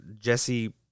Jesse